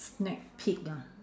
snack peek ah